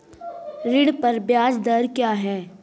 ऋण पर ब्याज दर क्या है?